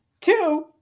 Two